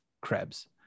Krebs